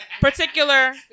particular